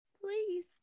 Please